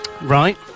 Right